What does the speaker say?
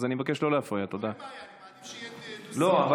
אז אני מבקש לא להפריע.